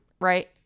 right